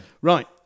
Right